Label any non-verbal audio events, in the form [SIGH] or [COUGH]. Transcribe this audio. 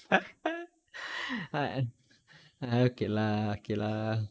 [LAUGHS] ah ah okay lah okay lah